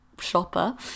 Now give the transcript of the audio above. shopper